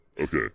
Okay